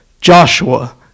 Joshua